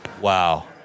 Wow